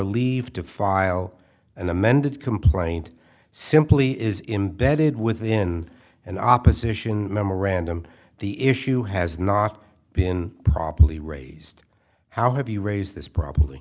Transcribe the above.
leave to file an amended complaint simply is imbedded within an opposition memorandum the issue has not been properly raise how have you raised this probably